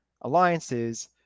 alliances